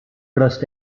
trust